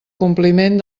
compliment